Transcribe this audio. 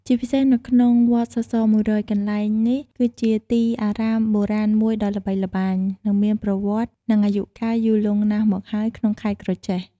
ជាពិសេសនៅក្នុងវត្តសរសរ១០០ កន្លែងនេះគឺជាទីអារាមបុរាណមួយដ៏ល្បីល្បាញ និងមានប្រវត្តិនឹងអាយុកាលយូរលង់ណាស់មកហើយក្នុងខេត្តក្រចេះ ។